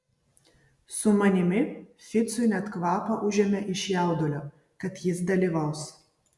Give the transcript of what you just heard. su manimi ficui net kvapą užėmė iš jaudulio kad jis dalyvaus